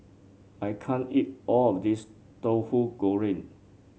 I can't eat all of this Tauhu Goreng